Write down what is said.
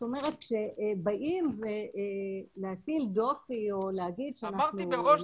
זאת אומרת כשבאים להטיל דופי או להגיד שאנחנו לא